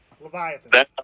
Leviathan